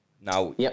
Now